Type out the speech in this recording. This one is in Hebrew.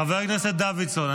חבר הכנסת דוידסון,